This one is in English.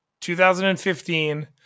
2015